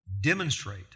demonstrate